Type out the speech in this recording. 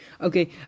Okay